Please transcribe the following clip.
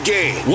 Game